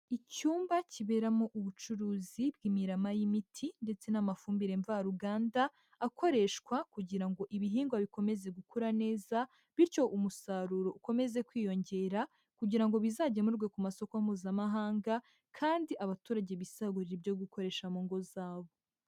Icyumba kiberamo ubucuruzi bw'imirama y'imiti ndetse n'amafumbire mvaruganda akoreshwa kugira ngo ibihingwa bikomeze gukura neza, bityo umusaruro ukomeze kwiyongera kugira ngo bizagemurwe ku masoko mpuzamahanga kandi abaturage bisagurire ibyo gukoresha mu ngo zabo.